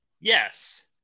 Yes